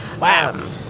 Wow